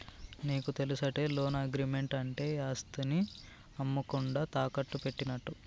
నీకు తెలుసటే, loan agreement అంటే ఆస్తిని అమ్మకుండా తాకట్టు పెట్టినట్టు